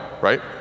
right